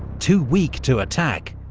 too weak to attack,